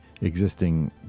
existing